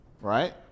right